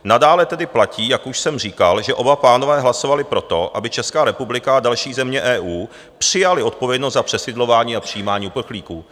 Nadále tedy platí, jak už jsem říkal, že oba pánové hlasovali pro to, aby Česká republika a další země EU přijaly odpovědnost za přesídlování a přijímání uprchlíků.